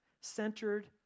centered